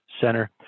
Center